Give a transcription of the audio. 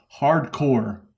hardcore